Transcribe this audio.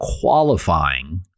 qualifying –